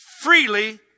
freely